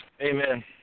Amen